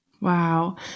Wow